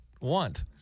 want